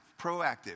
proactive